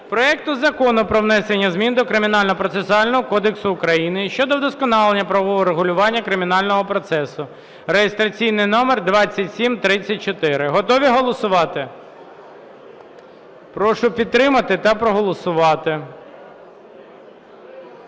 проекту Закону про внесення змін до Кримінального процесуального кодексу України (щодо вдосконалення правового регулювання кримінального процесу) (реєстраційний номер 2734). Готові голосувати? Прошу підтримати та проголосувати.